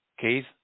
Keith